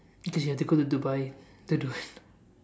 because you have to go to Dubai to do it